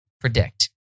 predict